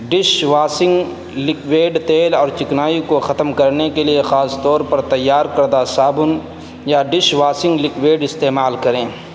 dish washing liquid تیل اور چکنائی کو ختم کرنے کے لیے خاص طور پر تیار کردہ صابن یا ڈش واشنگ لکوڈ استعمال کریں